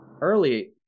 early